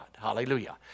Hallelujah